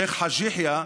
שייח' חאג' יחיא,